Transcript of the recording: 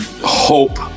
Hope